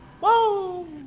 Whoa